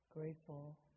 grateful